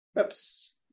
oops